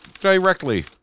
directly